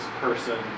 person